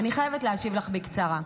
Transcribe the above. אני חייבת להשיב לך בקצרה.